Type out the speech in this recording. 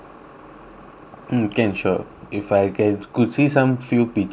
mm can sure if I can could see some few pictures I think